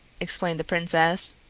explained the princess.